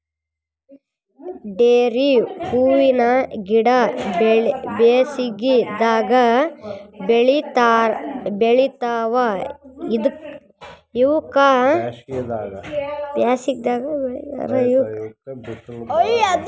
ಡೇರೆ ಹೂವಿನ ಗಿಡ ಬ್ಯಾಸಗಿದಾಗ್ ಬೆಳಿತಾವ್ ಇವಕ್ಕ್ ಬಿಸಿಲ್ ಭಾಳ್ ಬೇಕ್